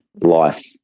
life